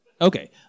Okay